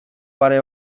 pare